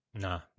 Nah